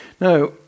Now